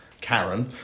Karen